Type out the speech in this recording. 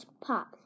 pop